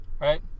Right